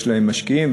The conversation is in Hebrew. להם משקיעים.